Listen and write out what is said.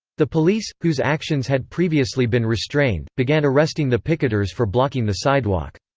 the police, whose actions had previously been restrained, began arresting the picketers for blocking the sidewalk.